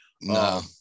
No